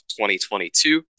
2022